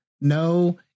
no